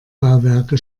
bauwerke